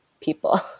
people